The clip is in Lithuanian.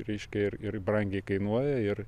ryškiai ir ir brangiai kainuoja ir